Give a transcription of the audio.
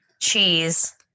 cheese